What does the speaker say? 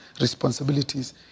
responsibilities